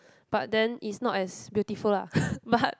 but then it's not as beautiful lah but